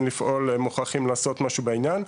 לפעול ומוכרחים לעשות משהו בעניין,